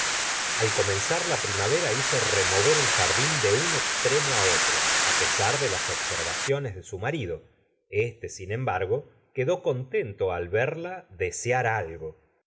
al comenzar la primavera hizo remover el jardín de un extremo á otro á pesar de las observaciones de su marido éste sin embargo quedó contento al verla desear algo